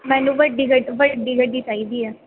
ਮੈਨੂੰ ਵੱਡੀ ਗੱਡੀ ਗੱਡੀ ਚਾਹੀਦੀ ਹੈ